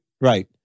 Right